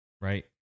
right